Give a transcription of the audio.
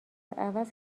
عوض